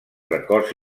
records